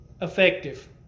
effective